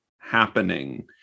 happening